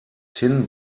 tin